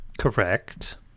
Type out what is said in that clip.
Correct